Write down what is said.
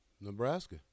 Nebraska